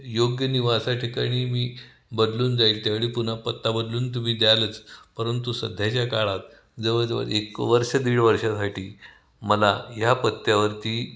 योग्य निवासाठिकाणी मी बदलून जाईल त्यावेळी पुन्हा पत्ता बदलून तुम्ही द्यालच परंतु सध्याच्या काळात जवळजवळ एक वर्ष दीड वर्षासाठी मला ह्या पत्त्यावरती